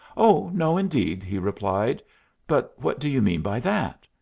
oh, no indeed, he replied but what do you mean by that?